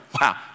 Wow